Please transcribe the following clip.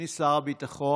אדוני שר הביטחון,